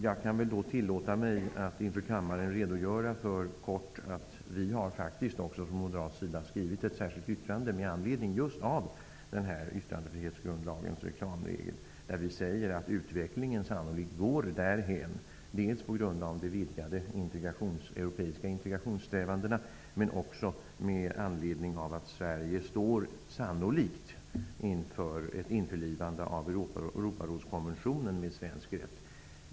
Jag kan väl tillåta mig att inför kammaren kort redogöra för att vi från moderat sida faktiskt också har skrivit ett särskilt yttrande med anledning av just yttrandefrihetsgrundlagens reklamregel. Där säger vi att utvecklingen sannolikt går därhän, dels på grund av de vidgade europeiska integrationssträvandena, dels med anledning av att Sverige sannolikt står inför ett införlivande av Europarådskonventionen med svensk rätt.